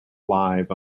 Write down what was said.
live